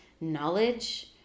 knowledge